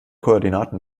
koordinaten